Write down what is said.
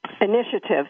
initiative